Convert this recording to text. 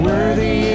Worthy